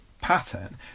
pattern